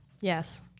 yes